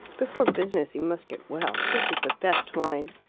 before business you must get well this is the best wine.